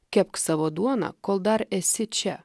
kepk savo duoną kol dar esi čia